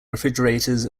refrigerators